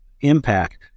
impact